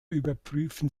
überprüfen